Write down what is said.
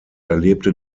erlebte